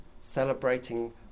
celebrating